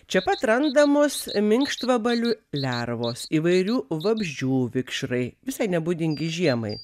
čia pat randamos minkštvabalių lervos įvairių vabzdžių vikšrai visai nebūdingi žiemai